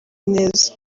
neza